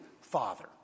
Father